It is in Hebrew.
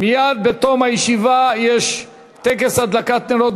אין מתנגדים, אין נמנעים.